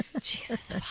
Jesus